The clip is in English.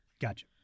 Gotcha